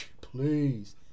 please